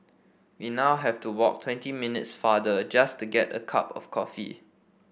we now have to walk twenty minutes farther just to get a cup of coffee